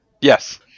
Yes